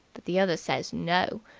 but the others says no,